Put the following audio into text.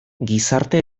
gizarte